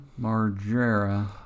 Margera